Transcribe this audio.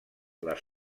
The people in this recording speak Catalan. les